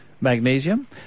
magnesium